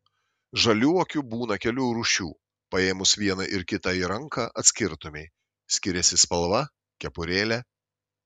žaliuokių būna kelių rūšių paėmus vieną ir kitą į ranką atskirtumei skiriasi spalva kepurėlė